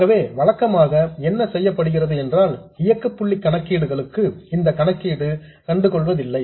ஆகவே வழக்கமாக என்ன செய்யப்படுகிறது என்றால் இயக்க புள்ளி கணக்கீடுகளுக்கு இதை கண்டுகொள்வதில்லை